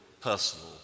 personal